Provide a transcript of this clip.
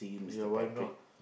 yeah why not